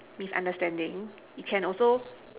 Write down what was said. misunderstanding you can also